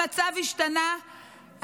המצב השתנה,